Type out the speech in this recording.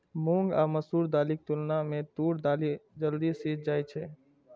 मूंग आ मसूर दालिक तुलना मे तूर दालि जल्दी सीझ जाइ छै